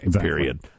period